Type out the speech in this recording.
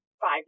five